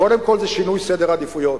קודם כול, זה שינוי סדר העדיפויות.